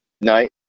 night